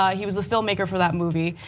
ah he was a filmmaker for that movie.